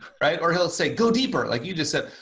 or he'll say, go deeper, like you just said.